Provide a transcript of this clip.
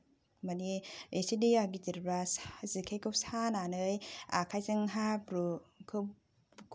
माने दैया एसे गेदेरब्ला जेखाइखौ सानानै आखाइजों हाब्रुखौ